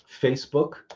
Facebook